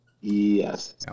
Yes